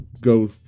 go